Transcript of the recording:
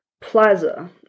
Plaza